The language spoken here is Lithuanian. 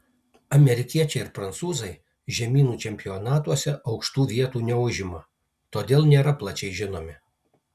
amerikiečiai ir prancūzai žemynų čempionatuose aukštų vietų neužima todėl nėra plačiau žinomi